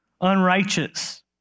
unrighteous